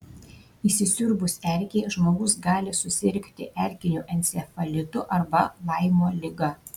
įsisiurbus erkei žmogus gali susirgti erkiniu encefalitu arba laimo liga